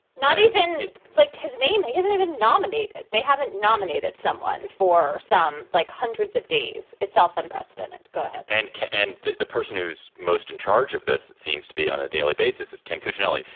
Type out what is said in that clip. not even like his name he hasn't even nominated. they haven't nominated someone for some like hundreds of days itself. unprecedented. go ahead and end the the person who's most in charge of this seems to be on a daily basis is ken cuccinelli.